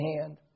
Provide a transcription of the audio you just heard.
hand